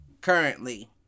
currently